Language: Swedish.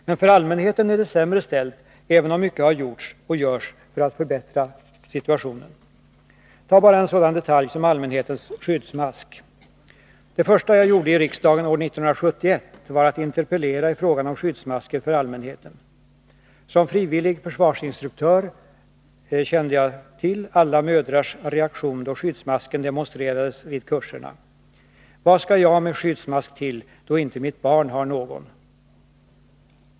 Men för allmänheten är det sämre ställt, även om mycket har gjorts — och görs — för att förbättra situationen. Tag bara en sådan detalj som allmänhetens skyddsmask! Det första jag gjorde i riksdagen år 1971 var att interpellera i frågan om skyddsmasker för allmänheten. Som frivillig civilförsvarsinstruktör kände jag till alla mödrars reaktion då skyddsmasken demonstrerades vid kurserna: Vad skall jag med skyddsmask till, då inte mitt barn har någon?